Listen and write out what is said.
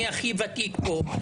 אני הכי ותיק פה,